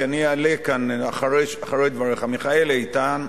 כי אני אעלה כאן אחרי דבריך: מיכאל איתן,